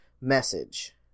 message